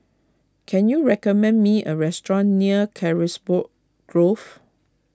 can you recommend me a restaurant near Carisbrooke Grove